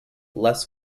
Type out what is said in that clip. less